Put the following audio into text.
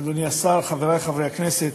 אדוני השר, חברי חברי הכנסת,